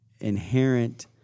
inherent